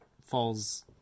falls